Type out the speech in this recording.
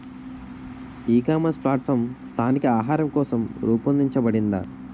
ఈ ecommerce platform స్థానిక ఆహారం కోసం రూపొందించబడిందా?